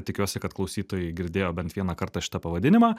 tikiuosi kad klausytojai girdėjo bent vieną kartą šitą pavadinimą